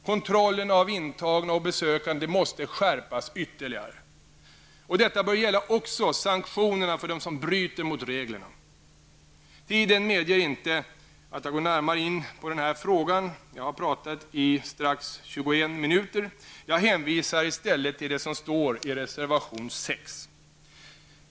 Kontrollerna av intagna och besökande måste skärpas ytterligare. Detta bör gälla också sanktionerna för dem som bryter mot reglerna. Tiden medger dock inte att jag går närmare in på den här frågan. Jag har redan pratat i 21 minuter. Jag hänvisar i stället till det som står i reservation 6.